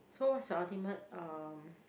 so what's your ultimate um